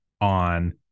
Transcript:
on